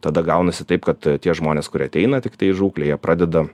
tada gaunasi taip kad tie žmonės kurie ateina tiktai į žūklę jie pradeda